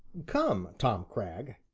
come, tom cragg,